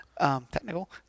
Technical